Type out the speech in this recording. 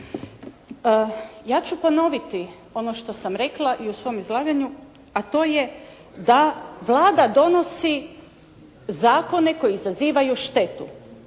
Ja ću ponoviti ono što sam rekla i u svom izlaganju, a to je da Vlada donosi zakone koji izazivaju štetu.